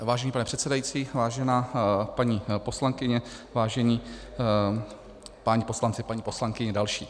Vážený pane předsedající, vážená paní poslankyně, vážení páni poslanci, paní poslankyně další.